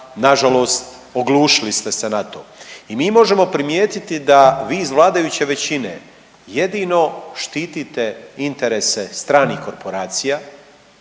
Nažalost oglušili ste se na to. I mi možemo primijetiti da vi iz vladajuće većine jedino štitite interese stranih korporacija,